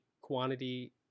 quantity